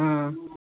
ம்